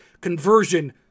Conversion